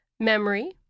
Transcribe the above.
memory